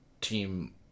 Team